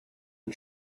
and